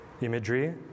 imagery